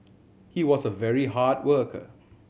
he was a very hard worker